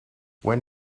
when